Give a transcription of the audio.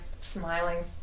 smiling